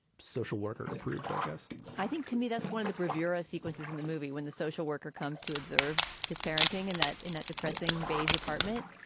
social worker approved. i guess i think to me that's one of the bravura sequences in the movie when the social worker comes to observe his parenting and that in that depressing beige apartment,